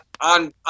on